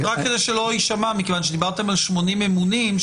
מכיוון שדיברתם על 80 ממונים,